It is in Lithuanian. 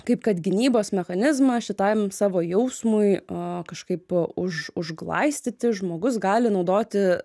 kaip kad gynybos mechanizmą šitam savo jausmui a kažkaip už užglaistyti žmogus gali naudoti